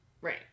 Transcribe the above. Right